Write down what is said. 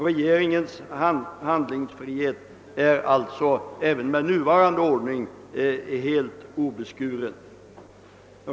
Regeringens handlingsfrihet är alltså även med nuvarande ordning helt obeskuren.